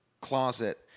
closet